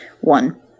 one